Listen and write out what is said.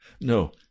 No